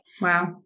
Wow